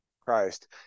Christ